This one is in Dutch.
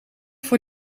voor